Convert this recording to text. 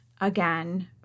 again